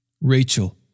Rachel